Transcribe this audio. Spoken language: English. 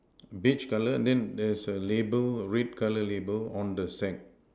beige colour then there's a label red colour label on the sack